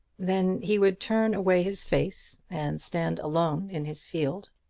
then he would turn away his face, and stand alone in his field,